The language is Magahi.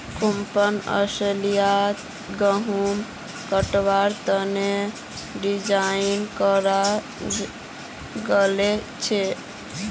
कैम्पैन अस्लियतत गहुम कटवार तने डिज़ाइन कराल गएल छीले